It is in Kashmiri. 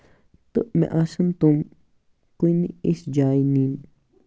تہٕ مےٚ آسن تٔمۍ کُنہِ یِژھ جایہِ نِنۍ